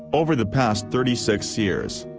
over the past thirty six years.